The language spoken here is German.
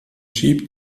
jeep